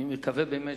אני מקווה, באמת,